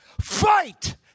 fight